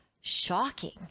shocking